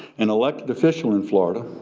an elected official in florida,